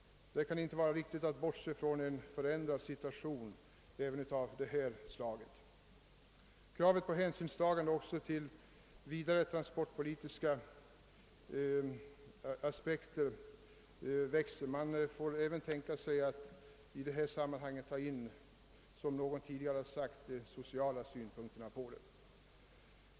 Det kan inte vara rik tigt att bortse från en förändrad situation även av detta slag. Kravet på hänsynstagande av vidare transportpolitiska aspekter växer. Man får även tänka sig att i detta sammanhang ta in de sociala synpunkterna.